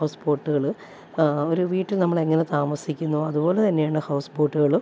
house ബോട്ടുകൾ ഒരു വീട്ടിൽ നമ്മളെങ്ങനെ താമസിക്കുന്നുവോ അതുപോലെ തന്നെയാണ് ഹൗസ് ബോട്ടുകളും